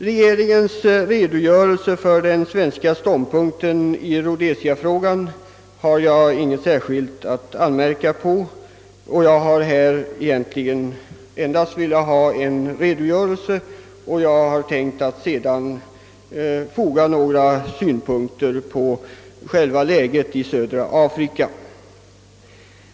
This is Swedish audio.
Regeringens svenska ståndpunkten i denna fråga har jag ingen särskild anmärkning mot. Jag har här egentligen endast velat få en redogörelse, till vilken jag tänkte foga några synpunkter på läget i södra Afrika.